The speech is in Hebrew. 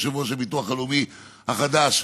יושב-ראש הביטוח הלאומי החדש,